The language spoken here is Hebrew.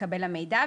מקבל המידע),